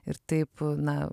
ir taip na